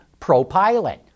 ProPilot